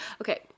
Okay